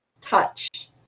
touch